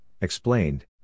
explained